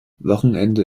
wochenende